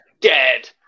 dead